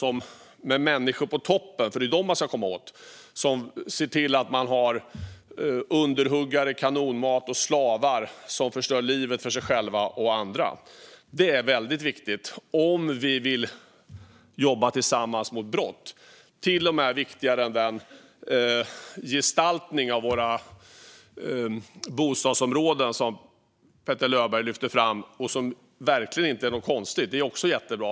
Det är människorna på toppen man ska kunna komma åt. Det är de som ser till att de har underhuggare, kanonmat och slavar som förstör livet för sig själva och andra. Det här är väldigt viktigt om vi vill jobba tillsammans mot brott - till och med viktigare än den gestaltning av våra bostadsområden som Petter Löberg lyfte fram. Det är verkligen inget konstigt, utan det är också jättebra.